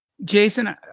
Jason